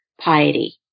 piety